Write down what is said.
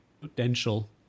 potential